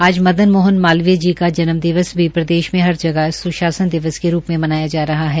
आज मदन मोहन मालवीय का जन्म दिवस भी प्रदेश में हर जगह स्शासन दिवस के रूप में मनाया जा रहा हैं